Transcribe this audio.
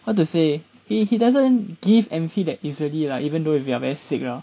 what to say he he doesn't give M_C that easily lah even though if you are very sick liao